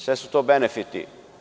Sve su to benefiti.